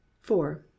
four